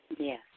Yes